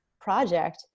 project